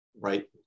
right